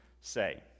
say